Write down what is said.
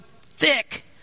thick